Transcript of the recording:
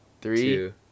Three